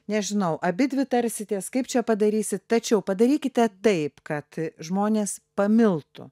nežinau abidvi tarsitės kaip čia padarysit tačiau padarykite taip kad žmonės pamiltų